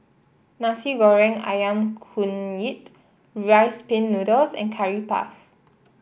Nasi Goreng ayam Kunyit Rice Pin Noodles and Curry Puff